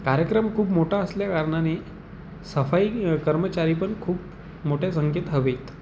कार्यक्रम खूप मोठा असल्याकारणाने सफाई कर्मचारी पण खूप मोठ्या संख्येत हवेत